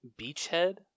Beachhead